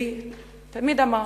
שלי תמיד אמר: